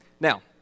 Now